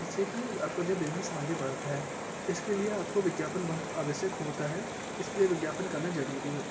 जिससे कि आपका जो बिजनेस आगे बढ़ता है इसके लिए आपको विज्ञापन बहुत आवश्यक होता है इसके लिए विज्ञापन करना ज़रूरी है